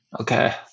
okay